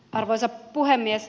arvoisa puhemies